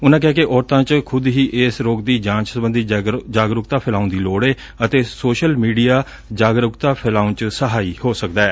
ਉਨਾਂ ਕਿਹਾ ਕਿ ਔਰਤਾਂ ਚ ਖੁਦ ਹੀ ਇਸ ਰੋਗ ਦੀ ਜਾਂਚ ਸਬੰਧੀ ਜਾਗਰੁਕਤਾ ਫੈਲਾਉਣ ਦੀ ਲੋੜ ਏ ਅਤੇ ਸੋਸ਼ਲ ਮੀਡੀਆ ਜਾਗਰੁਕਤਾ ਫੈਲਾਉਣ ਦਾ ਸਹਾਈ ਹੋ ਸਕਦੈ